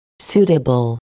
Suitable